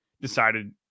decided